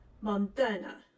Montana